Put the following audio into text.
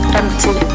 empty